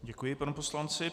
Děkuji panu poslanci.